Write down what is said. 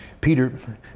Peter